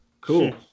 cool